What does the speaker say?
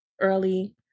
early